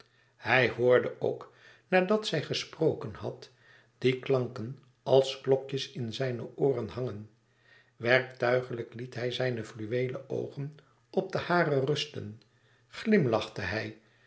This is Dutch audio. hij hoorde ook nadat zij gesproken had die klanken als klokjes in zijne ooren hangen werktuigelijk liet hij zijne fluweelen oogen op de hare rusten glimlachte hij